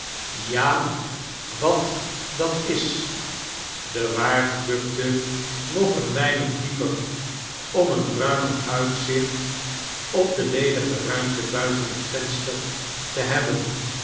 ja wat dat is de waard bukte nog een weinig dieper om een ruimer uitzicht op de ledige ruimte buiten het venster te hebben